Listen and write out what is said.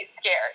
scared